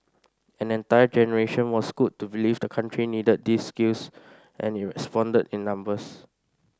an entire generation was schooled to believe the country needed these skills and it responded in numbers